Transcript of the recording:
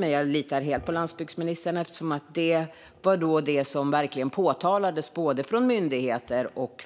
Jag litar helt på landsbygdsministern, men detta förvånar mig, eftersom det påtalades från både myndigheter och